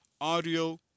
audio